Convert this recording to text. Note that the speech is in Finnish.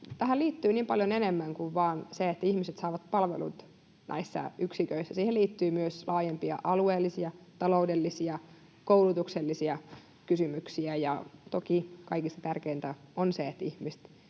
tähän liittyy niin paljon enemmän kuin vain se, että ihmiset saavat palvelut näissä yksiköissä. Siihen liittyy myös laajempia alueellisia, taloudellisia, koulutuksellisia kysymyksiä, ja toki kaikista tärkeintä on se, että ihmiset